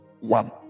one